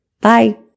Bye